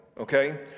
okay